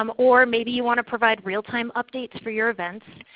um or maybe you want to provide real-time updates for your events.